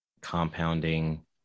compounding